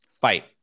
fight